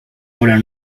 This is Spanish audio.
hora